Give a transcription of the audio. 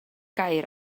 gair